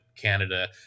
Canada